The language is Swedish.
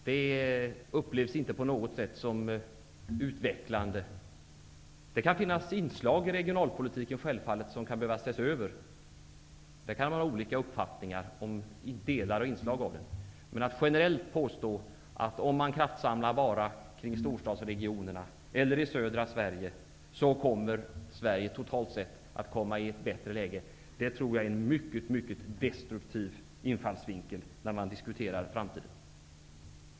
Det upplevs inte på något sätt utvecklande. Det kan självfallet finnas inslag i regionalpolitiken som kan behöva ses över, och som det kan finnas olika uppfattningar om. Men att generellt påstå att Sverige vid kraftsamling, exempelvis kring storstadsregionerna eller i södra Sverige, totalt sett kommer att komma i ett bättre läge tror jag är en mycket destruktiv infallsvinkel vid diskussioner om framtiden.